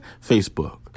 Facebook